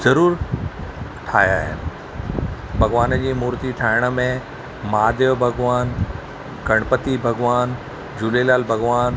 ज़रूरु ठाहिया आहिनि भॻवान जी मूर्ती ठाहिण में महादेव भॻवानु गणपति भॻवानु झूलेलाल भॻवानु